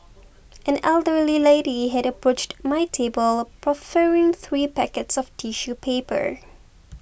an elderly lady had approached my table proffering three packets of tissue paper